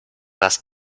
saß